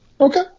Okay